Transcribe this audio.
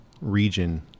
region